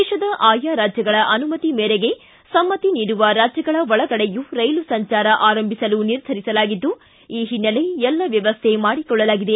ದೇಶದ ಆಯಾ ರಾಜ್ಯಗಳ ಅನುಮತಿ ಮೇರಿಗೆ ಸಮ್ಮತಿ ನೀಡುವ ರಾಜ್ಯಗಳ ಒಳಗಡೆಯೂ ರೈಲು ಸಂಚಾರ ಆರಂಭಿಸಲು ನಿರ್ಧರಿಸಲಾಗಿದ್ದು ಈ ಹಿನ್ನಲೆ ಎಲ್ಲ ವ್ಯವಸ್ಥೆ ಮಾಡಿಕೊಳ್ಳಲಾಗಿದೆ